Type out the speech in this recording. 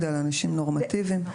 אלה אנשים נורמטיביים.